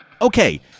Okay